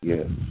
Yes